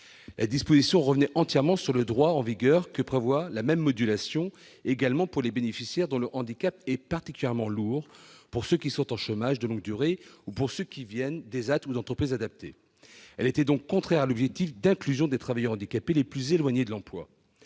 la disposition retenue revenait entièrement sur le droit en vigueur, qui prévoit la même modulation pour les bénéficiaires dont le handicap est particulièrement lourd, pour ceux qui sont en chômage de longue durée ou pour ceux qui viennent d'ESAT ou d'entreprise adaptée. Elle était donc contraire à l'objectif d'inclusion des travailleurs handicapés les plus éloignés de l'emploi.